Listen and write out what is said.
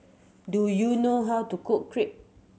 do you know how to cook Crepe